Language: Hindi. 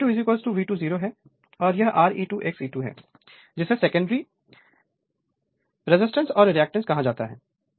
तो यह E2 V2 0 है और यह Re2 XE2 है जिसे सेकेंडरी रेजिस्टेंस और रिएक्टेंस कहा जाता है